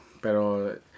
Pero